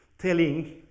telling